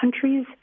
countries